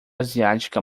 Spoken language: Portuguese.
asiática